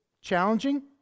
challenging